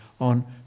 on